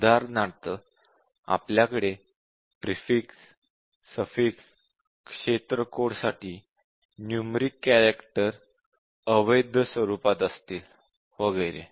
उदाहरणार्थ आपल्याकडे prefix suffix क्षेत्र कोड साठी न्युमेरिक कॅरॅक्टरअवैध स्वरूपात असतीलवगैरे